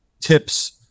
Tips